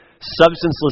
substanceless